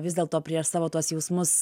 vis dėlto prieš savo tuos jausmus